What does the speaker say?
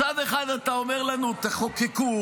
מצד אחד אתה אומר לנו: תחוקקו,